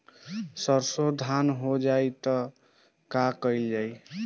सरसो धन हो जाई त का कयील जाई?